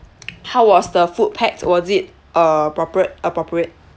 how was the food pack was it uh appropriate appropriate